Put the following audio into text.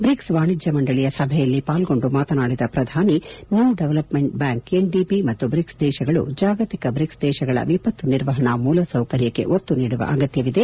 BRICS ವಾಣಿಜ್ಯ ಮಂಡಳಿಯ ಸಭೆಯಲ್ಲಿ ಪಾಲ್ಗೊಂಡು ಮಾತನಾಡಿದ ಪ್ರಧಾನಮಂತ್ರಿ ನ್ನೂ ಡೆವಲಪ್ ಬ್ಡಾಂಕ್ ಎನ್ಡಿಬಿ ಮತ್ತು ಬ್ರಿಕ್ಸ್ ದೇಶಗಳು ಜಾಗತಿಕ ಬ್ರಿಕ್ಸ್ ದೇಶಗಳ ವಿಪತ್ತು ನಿರ್ವಹಣಾ ಮೂಲಸೌಕರ್ಯಕ್ಕೆ ಒತ್ತು ನೀಡುವ ಅಗತ್ಯವಿದೆ